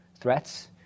Threats